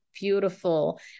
beautiful